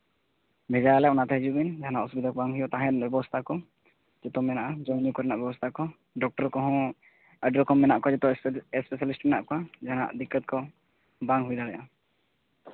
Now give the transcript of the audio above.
ᱵᱷᱮᱡᱟᱭᱟᱞᱮ ᱚᱱᱟᱛᱮ ᱦᱤᱡᱩᱜ ᱵᱤᱱ ᱡᱟᱦᱟᱱᱟᱜ ᱚᱥᱩᱵᱤᱫᱷᱟ ᱠᱚ ᱵᱟᱝ ᱦᱩᱭᱩᱜᱼᱟ ᱛᱟᱦᱮᱱ ᱨᱮᱭᱟᱜ ᱵᱮᱵᱚᱥᱛᱷᱟ ᱠᱚ ᱡᱚᱛᱚ ᱢᱮᱱᱟᱜᱼᱟ ᱡᱚᱢ ᱧᱩ ᱠᱚᱨᱮᱱᱟᱜ ᱵᱮᱵᱚᱥᱛᱷᱟ ᱠᱚ ᱰᱚᱠᱴᱚᱨ ᱠᱚᱦᱚᱸ ᱟᱹᱰᱤ ᱨᱚᱠᱚᱢ ᱢᱮᱱᱟᱜ ᱠᱚᱣᱟ ᱡᱚᱛᱚ ᱥᱯᱮᱥᱟᱞᱤᱥᱴ ᱢᱮᱱᱟᱜ ᱠᱚᱣᱟ ᱡᱟᱦᱟᱱᱟᱜ ᱫᱤᱠᱠᱚᱛ ᱠᱚ ᱵᱟᱝ ᱦᱩᱭ ᱫᱟᱲᱮᱭᱟᱜᱼᱟ